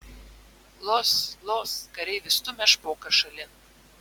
los los kareivis stumia špoką šalin